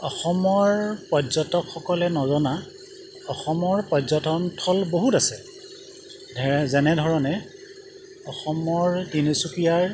অসমৰ পৰ্যটকসকলে নজনা অসমৰ পৰ্যটনস্থল বহুত আছে যেনেধৰণে অসমৰ তিনিচুকীয়াৰ